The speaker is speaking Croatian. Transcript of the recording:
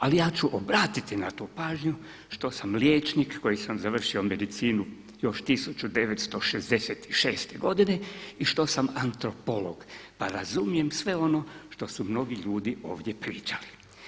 Ali ja ću obratiti na to pažnju što sam liječnik koji sam završio medicinu još 1966. godine i što sam antropolog pa razumijem sve ono što su mnogi ljudi ovdje pričali.